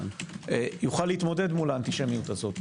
יוכל להתמודד מול האנטישמיות הזאת.